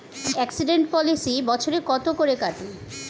Accident policy বছরে কত করে কাটে?